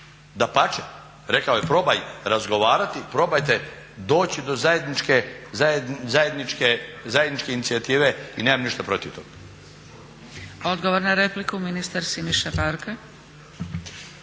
Dapače, rekao je probaj razgovarati i probajte doći do zajedničke inicijative i nemam ništa protiv toga.